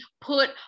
put